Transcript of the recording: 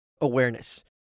awareness